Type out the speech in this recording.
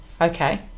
Okay